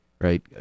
right